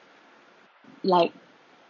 like